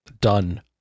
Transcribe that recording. done